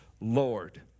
Lord